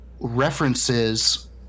references